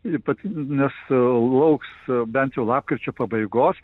ypač nesulauks bent šio lapkričio pabaigos